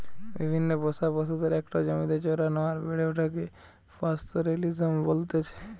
বিভিন্ন পোষা পশুদের একটো জমিতে চরানো আর বেড়ে ওঠাকে পাস্তোরেলিজম বলতেছে